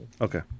Okay